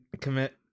commit